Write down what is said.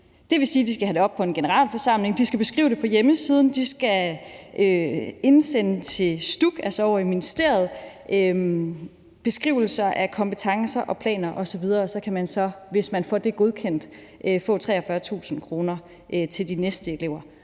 Det vil sige, at de skal have det op på en generalforsamling. De skal beskrive det på hjemmesiden, de skal indsende til STUK, altså ovre i ministeriet, og der skal være beskrivelser af kompetencer og planer osv. Hvis man så bliver godkendt, kan man få 43.000 kr. til de næste elever,